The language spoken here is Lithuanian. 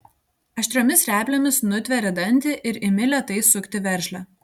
aštriomis replėmis nutveri dantį ir imi lėtai sukti veržlę